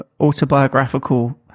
autobiographical